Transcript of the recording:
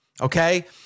okay